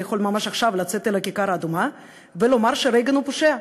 יכול ממש עכשיו לצאת אל הכיכר האדומה ולומר שרייגן הוא פושע.